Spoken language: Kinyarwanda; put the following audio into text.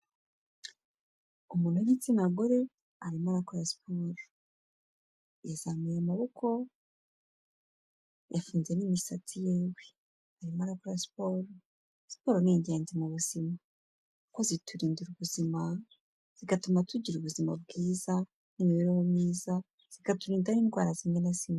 Umuntu w'igitsina gore arimo akora siporo, yazamuye amaboko yafuze n'imisatsi y'iwe arimo arakora siporo. Siporo ni ingenzi mu buzima kuko ziturindira ubuzima zigatuma tugira ubuzima bwiza n'imibereho myiza, zikadurinda indwara zimwe na zimwe.